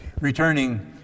Returning